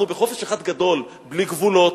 אנחנו בחופש אחד גדול, בלי גבולות,